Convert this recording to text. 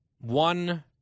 One